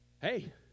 Hey